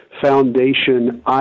Foundation